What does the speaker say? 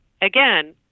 again